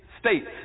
states